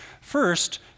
First